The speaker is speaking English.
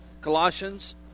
Colossians